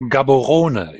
gaborone